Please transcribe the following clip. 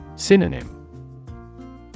Synonym